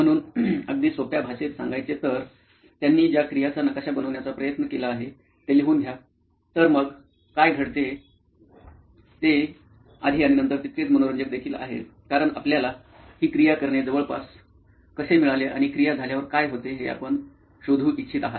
म्हणून अगदी सोप्या भाषेत सांगायचे तर त्यांनी ज्या क्रियाचा नकाशा बनवण्याचा प्रयत्न केला आहे ते लिहून घ्या तर मग काय घडते ते आधी आणि नंतर तितकेच मनोरंजक देखील आहे कारण आपल्याला ही क्रिया करणे जवळपास कसे मिळाले आणि क्रिया झाल्यावर काय होते हे आपण शोधू इच्छित आहात